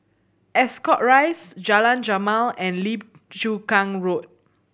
Ascot Rise Jalan Jamal and Lim Chu Kang Road